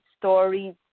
stories